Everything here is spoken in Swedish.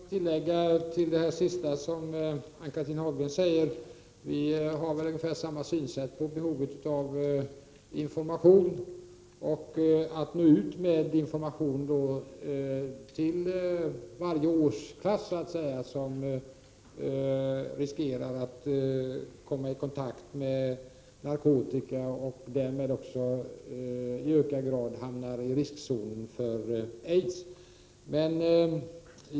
Fru talman! Jag har inte så mycket att tillägga till det sista som Ann Cathrine Haglund sade. Vi har ungefär samma synsätt när det gäller behovet av information, att det är viktigt att nå ut med information till varje ny årskull av ungdomar som riskerar att komma i kontakt med narkotika och därmed i ökad utsträckning hamnar i riskzonen för aids.